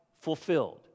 fulfilled